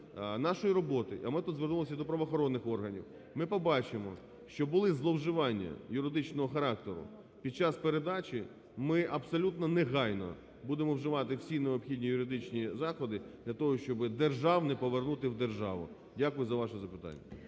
нашої роботи, а ми тут звернулися до правоохоронних органів, ми побачимо, що були зловживання юридичного характеру під час передачі, ми абсолютно негайно будемо вживати всі необхідні юридичні заходи для того, щоб державне повернути в державу. Дякую за ваше запитання.